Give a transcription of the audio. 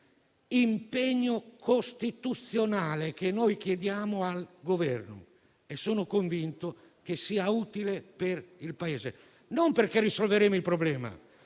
impegno costituzionale che chiediamo al Governo e sono convinto che sia utile per il Paese, non perché risolveremo il problema,